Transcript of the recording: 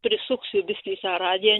prisuksiu biskį tą radiją